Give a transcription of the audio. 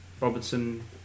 Robertson